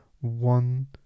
one